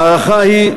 ההערכה היא,